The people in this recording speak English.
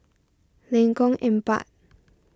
Lengkong Empat